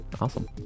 Awesome